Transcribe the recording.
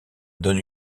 donne